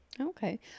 Okay